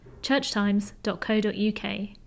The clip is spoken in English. churchtimes.co.uk